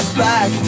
back